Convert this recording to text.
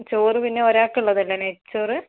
ചോറ് പിന്നെ ഒരാൾക്കുള്ളതല്ലേ നെയ്ചോറ്